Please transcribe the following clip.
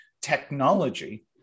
technology